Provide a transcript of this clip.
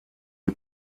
die